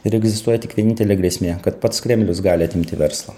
ir egzistuoja tik vienintelė grėsmė kad pats kremlius gali atimti verslą